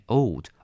old